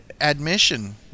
admission